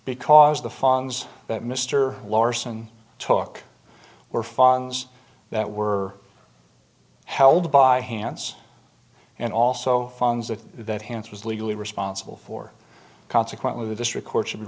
because the funds that mr larson took were funds that were held by hands and also funds that that hance was legally responsible for consequently the district court should be